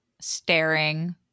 staring